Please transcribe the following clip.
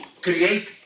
create